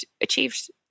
achieved